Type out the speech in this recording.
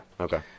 Okay